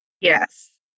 Yes